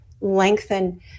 lengthen